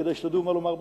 כדי שתדעו מה לומר בחו"ל.